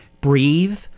breathe